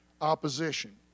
opposition